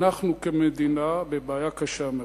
אנחנו, כמדינה, בבעיה קשה מאוד.